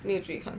没有注意看